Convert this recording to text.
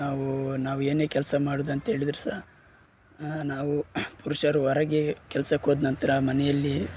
ನಾವೂ ನಾವು ಏನೇ ಕೆಲಸ ಮಾಡೋದಂತ ಹೇಳಿದ್ರೂ ಸಹಾ ನಾವು ಪುರುಷರು ಹೊರಗೆ ಕೆಲ್ಸಕ್ಕೆ ಹೋದ್ನಂತ್ರ ಮನೆಯಲ್ಲಿ